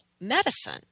medicine